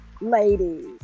ladies